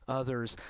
others